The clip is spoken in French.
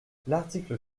l’article